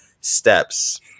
steps